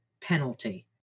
penalty